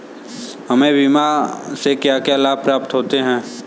हमें बीमा से क्या क्या लाभ प्राप्त होते हैं?